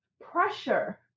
pressure